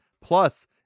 Plus